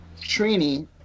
Trini